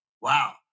Wow